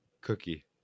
cookie